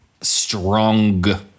strong